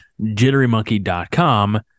JitteryMonkey.com